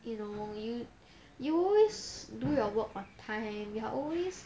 you know you you always do your work on time you're always